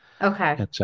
Okay